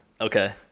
Okay